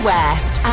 West